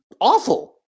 awful